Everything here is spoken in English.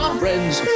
friends